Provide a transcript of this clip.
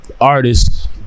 artists